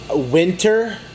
Winter